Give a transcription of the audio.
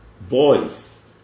voice